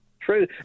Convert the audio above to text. True